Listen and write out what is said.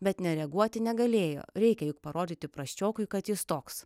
bet nereaguoti negalėjo reikia juk parodyti prasčiokui kad jis toks